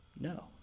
No